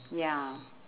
ya